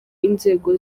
inzego